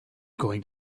going